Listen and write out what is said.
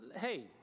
hey